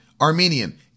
Armenian